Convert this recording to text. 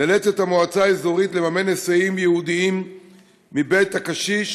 המועצה האזורית נאלצת לממן היסעים ייעודיים מבית הקשיש